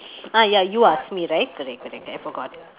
ah ya you ask me right correct correct I forgot